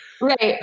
Right